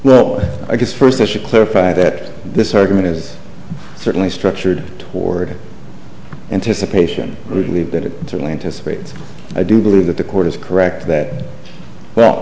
well i guess first i should clarify that this argument is certainly structured toward anticipation relieved that it really anticipates i do believe that the court is correct that well